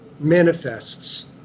manifests